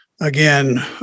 again